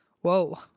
Whoa